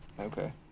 Okay